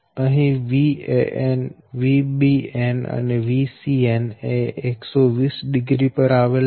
અહી Van Vbn અને Vcn એ 1200 પર આવેલ છે